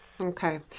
Okay